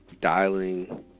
dialing